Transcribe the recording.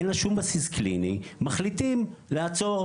אין לה שום בסיס קליני מחליטים לעצור.